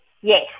Yes